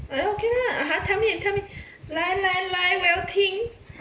ah then okay lah !huh! tell me and tell me 来来来我要听